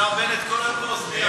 השר בנט כל היום באוזנייה.